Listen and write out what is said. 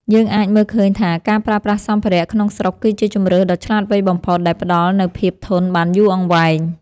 យើងអាចមើលឃើញថាការប្រើប្រាស់សម្ភារៈក្នុងស្រុកគឺជាជម្រើសដ៏ឆ្លាតវៃបំផុតដែលផ្តល់នូវភាពធន់បានយូរអង្វែង។